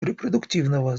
репродуктивного